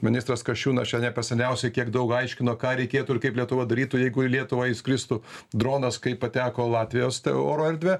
ministras kasčiūnas čia ne per seniausiai kiek daug aiškino ką reikėtų ir kaip lietuva darytų jeigu į lietuvą įskristų dronas kaip pateko latvijos oro erdvę